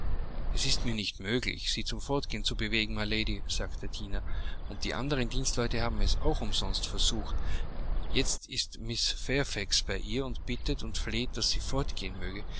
es ist mir nicht möglich sie zum fortgehen zu bewegen mylady sagte der diener und die anderen dienstleute haben es auch umsonst versucht jetzt ist mrs fairfax bei ihr und bittet und fleht daß sie fortgehen möge